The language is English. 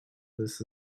this